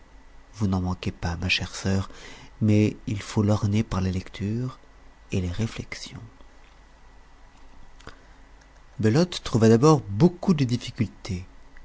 vous n'en manquez pas ma chère sœur mais il faut l'orner par la lecture et les réflexions belote trouva d'abord beaucoup de difficulté